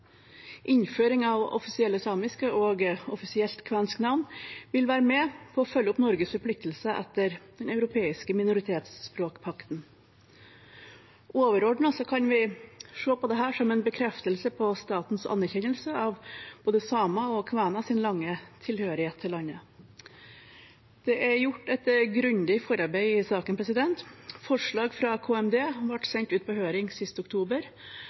Innføring av offisielle samiske og offisielt kvensk navn vil være med på å følge opp Norges forpliktelse etter Den europeiske minoritetsspråkpakten. Overordnet kan vi se dette som en bekreftelse på statens anerkjennelse av både samers og kveners lange tilhørighet til landet. Det er gjort et grundig forarbeid i saken. Forslag fra KMD ble sendt ut på høring sist oktober,